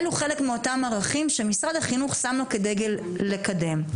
אלו חלק מאותם ערכים שמשרד החינוך שם לו כדגל לקדם.